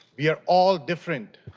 we are all different,